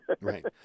Right